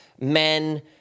men